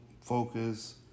focus